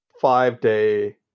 five-day